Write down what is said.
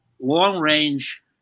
long-range